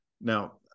Now